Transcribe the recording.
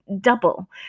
double